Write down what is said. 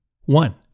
One